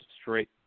straight